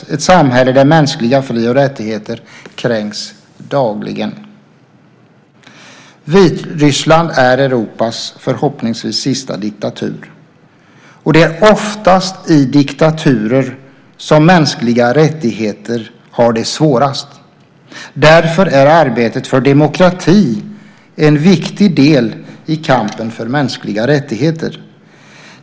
Det är ett samhälle där mänskliga fri och rättigheter kränks dagligen. Vitryssland är Europas förhoppningsvis sista diktatur. Det är oftast i diktaturer som mänskliga rättigheter har det svårast. Därför är arbetet för demokrati en viktig del i kampen för mänskliga rättigheter.